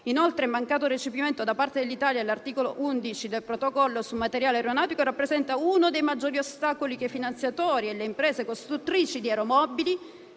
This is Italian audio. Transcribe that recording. il mancato recepimento da parte dell'Italia dell'articolo XI del protocollo sul materiale aeronautico rappresenta uno dei maggiori ostacoli che i *lessor* e le imprese costruttrici di aeromobili